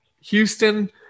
Houston